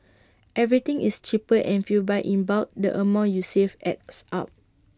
everything is cheaper and if you buy in bulk the amount you save adds up